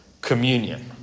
communion